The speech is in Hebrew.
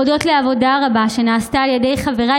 הודות לעבודה הרבה שנעשתה על ידי חבריי